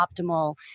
optimal